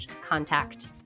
contact